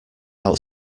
out